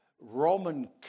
Roman